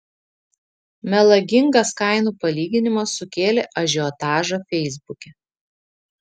melagingas kainų palyginimas sukėlė ažiotažą feisbuke